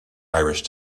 irish